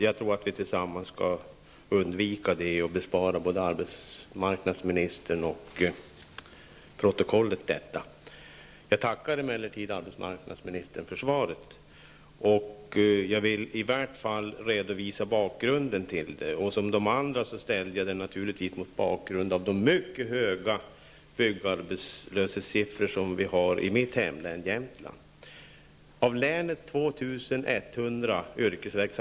Jag tycker att vi tillsammans skall undvika det och bespara både arbetsmarknadsministern och protokollet detta. Jag tackar emellertid arbetsmarknadsministern för svaret och vill i varje fall redovisa bakgrunden till min fråga. Jag ställde min fråga, liksom de andra talarna, mot bakgrund av de mycket hög byggarbetslöshetssiffror som vi har, och i detta fall i mitt hemlän Jämtlands län.